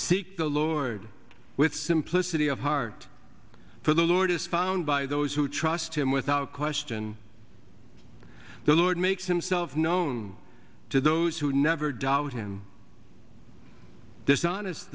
seek the lord with simplicity of heart for the lord is found by those who trust him without question the lord makes himself known to those who never doubt him dishonest